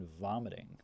vomiting